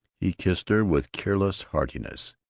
he kissed her with careless heartiness,